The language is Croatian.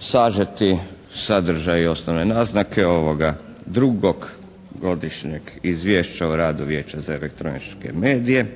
sažeti sadržaj i osnovne naznake ovoga drugog godišnjeg Izvješća o radu Vijeća za elektroničke medije,